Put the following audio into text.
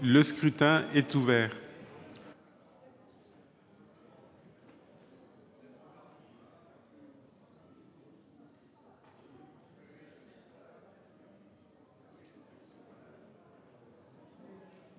Le scrutin est ouvert.